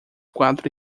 quatro